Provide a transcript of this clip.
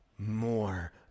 more